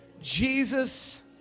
Jesus